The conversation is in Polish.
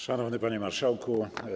Szanowny Panie Marszałku!